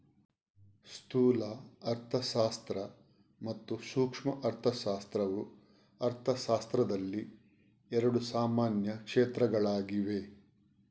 ಸ್ಥೂಲ ಅರ್ಥಶಾಸ್ತ್ರ ಮತ್ತು ಸೂಕ್ಷ್ಮ ಅರ್ಥಶಾಸ್ತ್ರವು ಅರ್ಥಶಾಸ್ತ್ರದಲ್ಲಿ ಎರಡು ಸಾಮಾನ್ಯ ಕ್ಷೇತ್ರಗಳಾಗಿವೆ